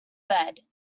bed